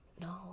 No